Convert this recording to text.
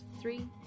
three